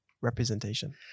representation